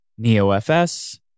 NEOFS